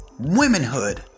womenhood